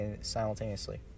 simultaneously